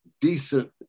decent